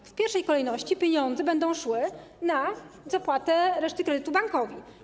W pierwszej kolejności pieniądze będą szły na zapłatę reszty kredytu bankowi.